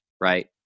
right